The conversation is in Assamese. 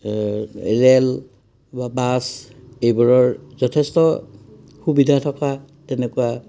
ৰে'ল বা বাছ এইবোৰৰ যথেষ্ট সুবিধা থকা তেনেকুৱা